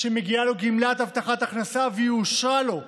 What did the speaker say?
שמגיעה לו גמלת הבטחת הכנסה והיא אושרה לו באיחור,